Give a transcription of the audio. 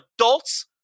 adults